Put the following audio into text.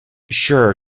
sure